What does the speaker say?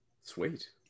Sweet